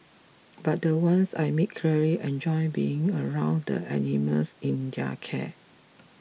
but the ones I meet clearly enjoy being around the animals in their care